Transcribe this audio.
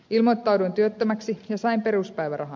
ilmoittauduin työttömäksi ja sain peruspäivärahan